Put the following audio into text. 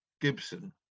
Gibson